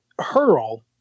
hurl